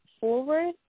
forward